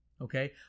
okay